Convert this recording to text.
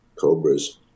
Cobras